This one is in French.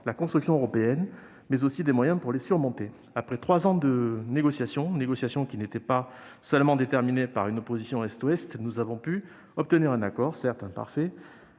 la construction européenne, mais aussi des moyens pour les surmonter. Après trois ans de négociations, négociations qui n'étaient pas seulement déterminées par une opposition entre l'Est et l'Ouest, nous avons pu obtenir un accord, certes imparfait,